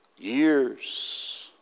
years